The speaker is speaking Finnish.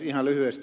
ihan lyhyesti